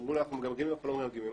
ואמרו לי, אנחנו מגמגמים.